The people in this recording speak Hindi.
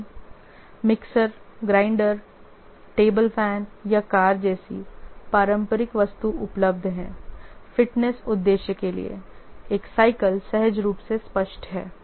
लेकिन मिक्सर ग्राइंडर टेबल फैन या कार जैसी पारंपरिक वस्तु उपलब्ध है फिटनेस उद्देश्य के लिए एक साइकिल सहज रूप से स्पष्ट है